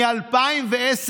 מ-2010.